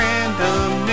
Random